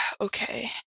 Okay